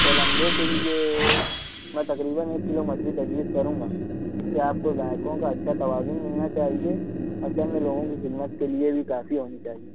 کولمبو کے لیے میں تقریباً ایک کلو مچھلی تجویز کروں گا جس کے آپ کو ذائقوں کا اچھا توازن ملنا چاہیے اور چند لوگوں کی خدمت کے لیے بھی کافی ہونی چاہیے